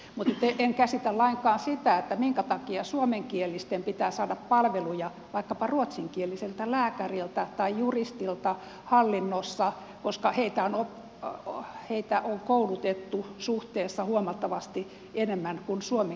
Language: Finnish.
mutta en käsitä lainkaan minkä takia suomenkielisten pitää saada palveluja vaikkapa ruotsinkieliseltä lääkäriltä tai juristilta hallinnossa koska heitä on koulutettu suhteessa huomattavasti enemmän kuin suomenkielisiä